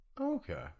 Okay